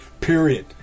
Period